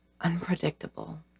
Unpredictable